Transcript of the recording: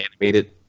animated